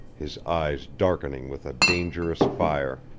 his eyes darkening with a dangerous fire.